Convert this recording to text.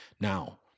Now